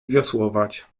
wiosłować